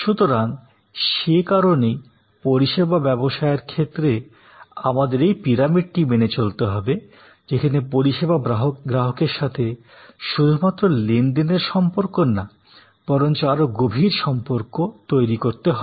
সুতরাং সে কারণেই পরিষেবা ব্যবসায়ের ক্ষেত্রে আমাদের এই পিরামিডটি মেনে চলতে হবে যেখানে পরিষেবা গ্রাহকের সাথে শুধুমাত্র লেনদেনের সম্পর্ক না বরঞ্চ আরও গভীর সম্পর্ক তৈরি করতে হবে